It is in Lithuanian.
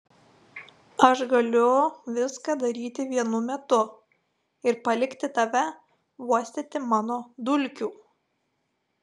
aš galiu viską daryti vienu metu ir palikti tave uostyti mano dulkių